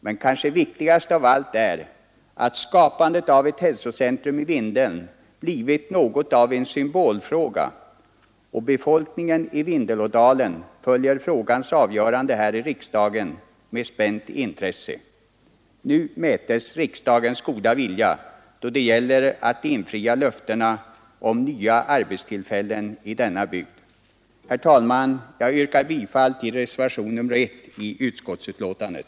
Men kanske viktigast av allt är att skapandet av ett hälsocentrum i Vindeln blivit något av en symbolfråga, och befolkningen i Vindelådalen följer frågans avgörande här i riksdagen med spänt intresse. Nu mätes riksdagens goda vilja då det gäller att infria löftena om nya arbetstillfällen i denna bygd. Herr talman! Jag yrkar bifall till reservationen 1 i utskottsbetänkandet.